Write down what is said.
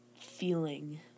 feeling